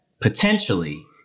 potentially